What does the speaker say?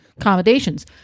accommodations